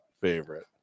favorite